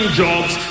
jobs